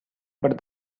but